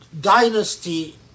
dynasty